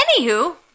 Anywho